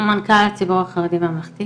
מנכ"ל הציבור החרדי ממלכתי